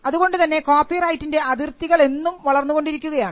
അതുകൊണ്ടുതന്നെ കോപ്പിറൈറ്റിൻറെ അതിർത്തികൾ എന്നും വളർന്നുകൊണ്ടിരിക്കുകയാണ്